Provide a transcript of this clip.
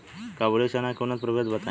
काबुली चना के उन्नत प्रभेद बताई?